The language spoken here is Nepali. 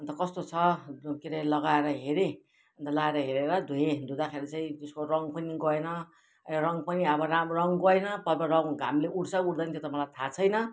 अन्त कस्तो छ के अरे लगाएर हेरेँ अन्त लगाएर हेरेर धोएँ धुँदाखेरि चाहिँ त्यसको रङ पनि गएन रङ पनि अब राम्रो रङ गएन कहिले त रङ घामले उड्छ उड्दैन त्यो त मलाई थाहा छैन